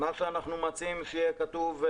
זאת מכסה לא קטנה של חמש מכסות שהם קיבלו לראשונה ב-2017.